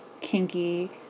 kinky